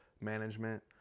management